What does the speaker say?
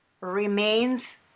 remains